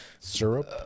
Syrup